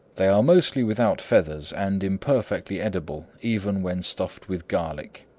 they are mostly without feathers and imperfectly edible, even when stuffed with garlic.